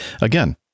again